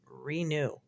renew